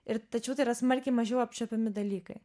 ir tačiau tai yra smarkiai mažiau apčiuopiami dalykai